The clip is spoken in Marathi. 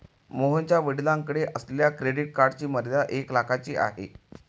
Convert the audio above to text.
मोहनच्या वडिलांकडे असलेल्या क्रेडिट कार्डची मर्यादा एक लाखाची आहे